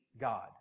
God